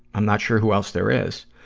i'm not sure who else there is.